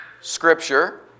Scripture